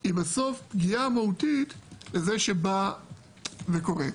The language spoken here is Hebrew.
היא פגיעה מהותית בזה שבא וקרוא.